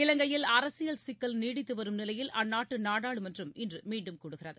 இலங்கையில் அரசியல் சிக்கல் நீடித்துவரும் நிலையில் அந்நாட்டு நாடாளுமன்றம் இன்று மீண்டும் கூடுகிறது